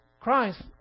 Christ